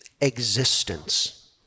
existence